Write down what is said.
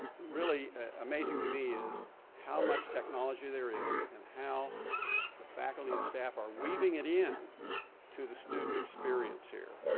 really amazing to me is how much technology there is and how the faculty and staff are weaving it in to the student experience here.